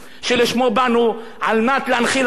כדי להנחיל ערכים וכבוד לעם ישראל,